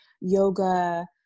yoga